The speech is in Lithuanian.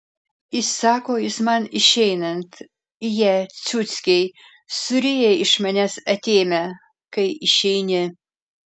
įsako jis man išeinant jie ciuckiai suryja iš manęs atėmę kai išeini